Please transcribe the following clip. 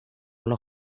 los